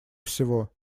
всего